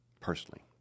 personally